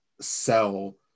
sell